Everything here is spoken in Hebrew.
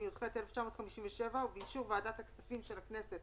התשי"ח-,1957 ובאישור ועדת הכספים של הכנסת